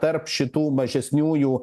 tarp šitų mažesniųjų